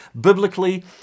biblically